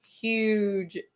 huge